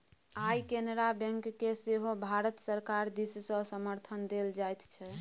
आय केनरा बैंककेँ सेहो भारत सरकार दिससँ समर्थन देल जाइत छै